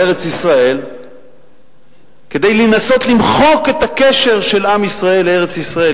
לארץ-ישראל כדי לנסות למחוק את הקשר של עם ישראל לארץ-ישראל,